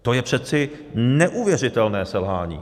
To je přeci neuvěřitelné selhání!